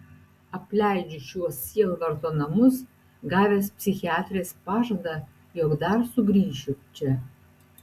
apleidžiu šiuos sielvarto namus gavęs psichiatrės pažadą jog dar sugrįšiu čia